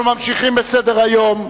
אנחנו ממשיכים בסדר-היום: